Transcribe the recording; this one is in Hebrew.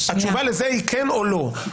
התשובה לזה היא כן או לא.